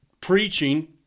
preaching